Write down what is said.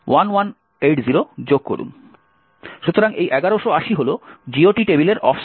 সুতরাং এই 1180 হল GOT টেবিলের অফসেট